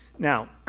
now,